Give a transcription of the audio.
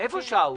איפה שאול?